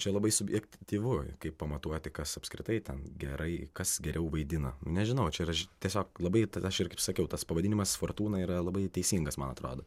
čia labai subjektyvu kaip pamatuoti kas apskritai ten gerai kas geriau vaidina nežinau čia ir aš tiesiog labai tada aš ir kaip sakiau tas pavadinimas fortūna yra labai teisingas man atrodo